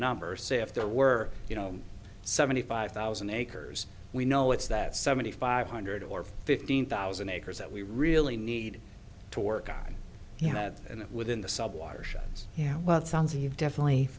number say if there were you know seventy five thousand acres we know it's that seventy five hundred or fifteen thousand acres that we really need to work on you have and within the sub water shots yeah well it sounds you've definitely